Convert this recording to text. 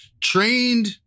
trained –